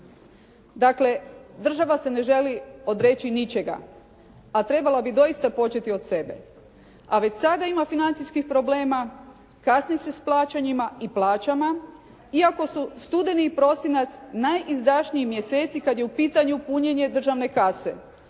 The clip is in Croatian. Dakle, država se ne želi odreći ničega a trebala bi doista početi od sebe. A već sada ima financijskih problema, kasni se s plaćanjima i plaćama iako su studeni i prosinac najizdašniji mjeseci kad je u pitanju punjenje državne kase.